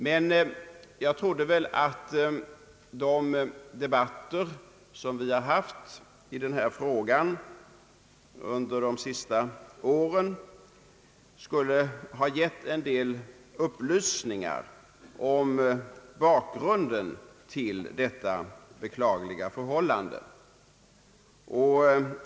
Men jag trodde att de debatter som vi haft i denna fråga under de senaste åren skulle ha gett en del upplysningar om bakgrunden till detta be-. klagliga förhållande.